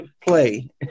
play